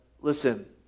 listen